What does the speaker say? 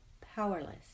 powerless